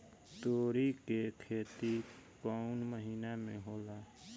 तोड़ी के खेती कउन महीना में होला?